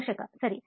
ಸಂದರ್ಶಕ ಸರಿ